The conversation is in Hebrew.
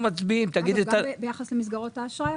הכוונה להביא תיקון חקיקה ביחס למסגרות האשראי.